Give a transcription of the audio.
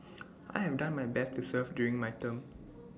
I have done my best to serve during my term